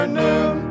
noon